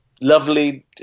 lovely